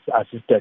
assisted